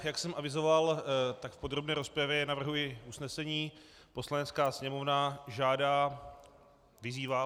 Jak jsem avizoval, tak v podrobné rozpravě navrhuji usnesení: Poslanecká sněmovna žádá vyzývá.